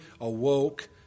awoke